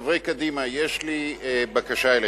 קדימה, יש לי בקשה אליכם,